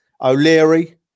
O'Leary